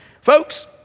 Folks